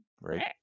right